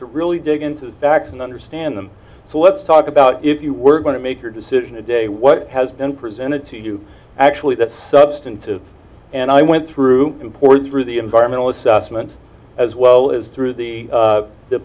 to really dig into the facts and understand them so let's talk about if you were going to make your decision today what has been presented to you actually that's substantive and i went through imports through the environmental assessment as well as through the